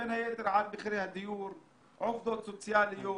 בין היתר, על מחירי הדיור, עובדות סוציאליות